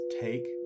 take